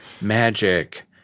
magic